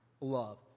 love